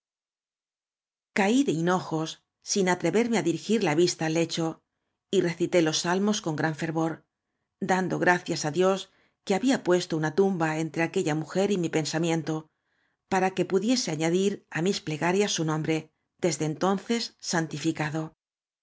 caí de hinojos sin atreverme á dirigir la vis ta al lecho y recité los salmos con gran fervor dando gracias á dios que habfa puesto una tumba entre aquella mujer y mi pensamiento para que pudiese añadir á mis plegarias su nombre desde entoaces saatifícado